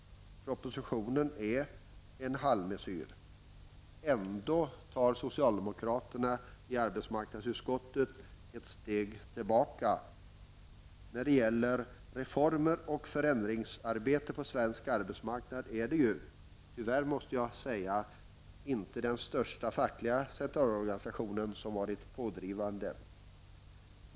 Propositionen är en halvmessyr. Ändå tar socialdemokraterna i arbetsmarknadsutskottet ett steg tillbaka. När det gäller reformer och förändringsarbete på svensk arbetsmarknad har ju inte den största fackliga centralorganisationen varit pådrivande. Det måste jag tyvärr säga.